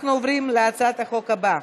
אנחנו עוברים להצעת החוק הבאה,